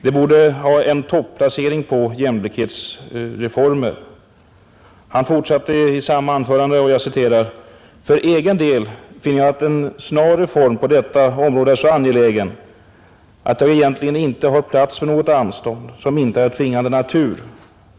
Den borde ha en topplacering på listan för jämlikhetsreformer.” Han fortsatte i samma anförande: ”För egen del finner jag att en snar reform på detta område är så angelägen att jag egentligen inte har plats för något anstånd, som inte är av tvingande natur.